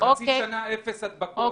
בחצי שנה אפס הדבקות.